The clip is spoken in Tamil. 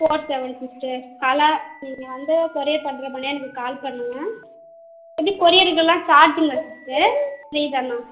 ஃபோர் செவன் சிஸ்டர் கலா நீங்கள் வந்து கொரியர் பண்ணுற மாதிரினா எனக்கு கால் பண்ணுங்கள் எப்படி கொரியர் இதுக்குலாம் சார்ஜிங்களா சிஸ்டர் ஃப்ரீ தானா